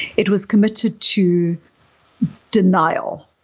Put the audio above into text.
it was committed to denial,